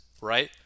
right